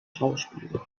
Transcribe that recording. schauspiel